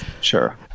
Sure